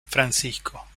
francisco